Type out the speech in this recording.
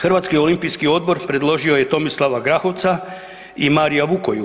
Hrvatski olimpijski odbor predložio je Tomislava Grahovca i Marija Vukoju.